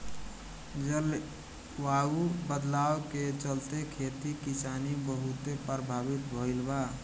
जलवायु बदलाव के चलते, खेती किसानी बहुते प्रभावित भईल बा